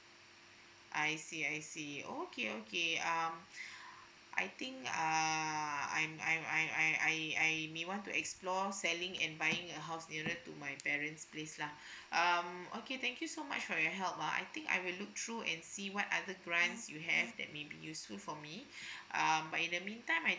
I see I see okay okay um I think uh I'm I'm I I I I may want to explore selling and buying a house nearer to my parent's place lah um okay thank you so much for your help lah I think I will look through and see what other brands you have that maybe useful for me um but in the meantime I think